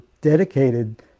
dedicated